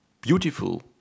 beautiful